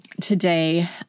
today